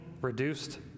reduced